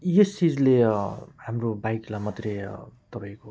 यस चिजले हाम्रो बाइकलाई मात्रै तपाईँको